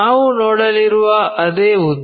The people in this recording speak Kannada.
ನಾವು ನೋಡಲಿರುವ ಅದೇ ಉದ್ದ